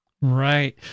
Right